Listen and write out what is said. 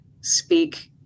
speak